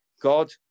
God